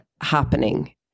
happening